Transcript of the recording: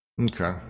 okay